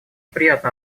приятно